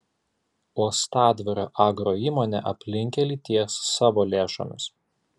uostadvario agroįmonė aplinkkelį ties savo lėšomis